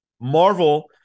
Marvel